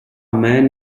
man